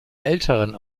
älteren